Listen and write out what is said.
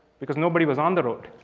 because nobody was on the road.